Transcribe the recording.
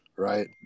right